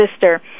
sister